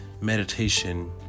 meditation